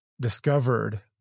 discovered